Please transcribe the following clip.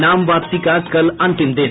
नाम वापसी का कल अंतिम दिन